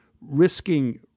risking